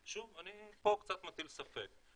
שוב, אני פה קצת מטיל ספק.